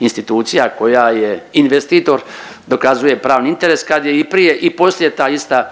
institucija koja je investitor dokazuje pravni interes kad je i prije i poslije ta ista